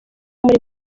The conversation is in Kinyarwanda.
muri